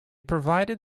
provided